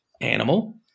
animal